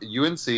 UNC